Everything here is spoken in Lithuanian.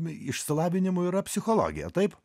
išsilavinimų yra psichologija taip